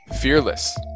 fearless